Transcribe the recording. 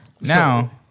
Now